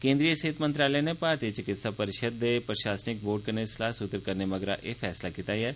केंद्रीय सेहत मंत्रालय नै भारतीय चिकित्सा परिषद दे प्रशासनिक बोर्ड कन्नै सलाह सूत्र मगरा एह फैसला कीता ऐ